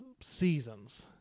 seasons